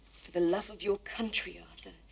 for the love of your country, arthur,